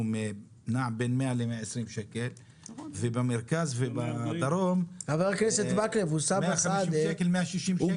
נעה בין 100 ל-120 שקל ובמזרח ובדרום 150 שקל 160 שקל.